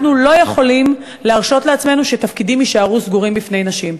אנחנו לא יכולים להרשות לעצמנו שתפקידים יישארו סגורים בפני נשים.